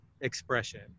expression